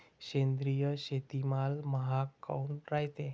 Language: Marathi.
सेंद्रिय शेतीमाल महाग काऊन रायते?